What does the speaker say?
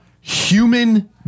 human